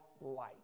light